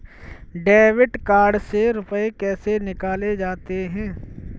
Debit card से रुपये कैसे निकाले जाते हैं?